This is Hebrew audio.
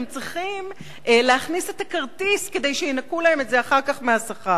הם צריכים להכניס את הכרטיס כדי שינכו להם את זה אחר כך מהשכר.